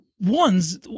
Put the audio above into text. ones